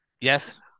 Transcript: Yes